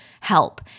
Help